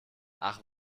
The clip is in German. ach